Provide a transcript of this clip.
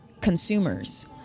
consumers